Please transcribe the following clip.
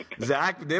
Zach